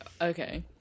Okay